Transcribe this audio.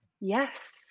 Yes